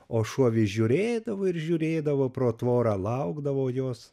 o šuo vis žiūrėdavo ir žiūrėdavo pro tvorą laukdavo jos